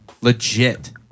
legit